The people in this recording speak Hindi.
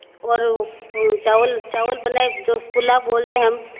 और वो चावल चावल बनाए जो पुलाव बोलते हम